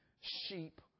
sheep